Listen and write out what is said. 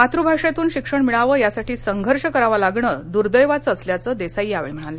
मातृभाषेतून शिक्षण मिळावे यासाठी संघर्ष करावा लागणे दुर्दैवाचं असल्याचं देसाई यावेळी म्हणाले